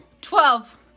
Twelve